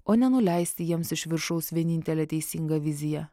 o nenuleisti jiems iš viršaus vienintelę teisingą viziją